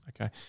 okay